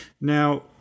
Now